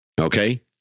Okay